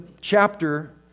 chapter